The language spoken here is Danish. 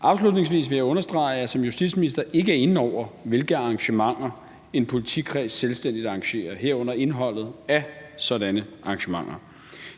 Afslutningsvis vil jeg understrege, at jeg som justitsminister ikke er inde over, hvilke arrangementer en politikreds selvstændigt arrangerer, herunder indholdet af sådanne arrangementer.